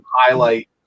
highlight